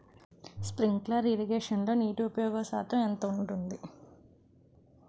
Sprinkler ఇరగేషన్లో నీటి ఉపయోగ శాతం ఎంత ఉంటుంది?